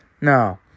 No